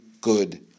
good